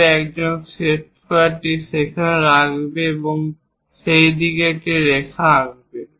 তবে একজন সেট স্কোয়ারটি সেখানে রাখবে এবং সেই দিকে একটি রেখা আঁকবে